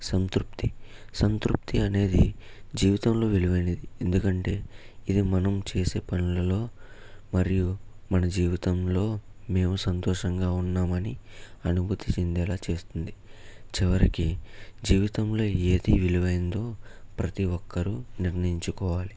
సంతృప్తి సంతృప్తి అనేది జీవితంలో విలువైనది ఎందుకంటే ఇది మనం చేసే పనులలో మరియు మన జీవితంలో మేము సంతోషంగా ఉన్నామని అనుభూతి చెందేలా చేస్తుంది చివరికి జీవితంలో ఏది విలువైనదో ప్రతి ఒక్కరూ నిర్ణయించుకోవాలి